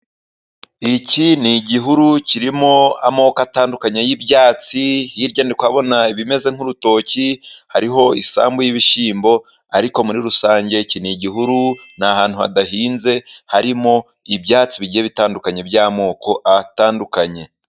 Iki ni igihuru kirimo amoko atandukanye y'ibyatsi，hirya ndi kuhabona ibimeze nk'urutoki， hariho isambu y'ibishyimbo， ariko muri rusange iki ni igihuru， ni ahantu hadahinze harimo ibyatsi bigiye bitandukanye， by'amoko atandukanye.